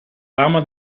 lama